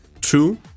Two